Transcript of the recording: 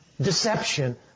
deception